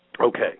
Okay